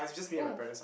oh